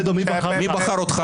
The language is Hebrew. מי בחר אותך?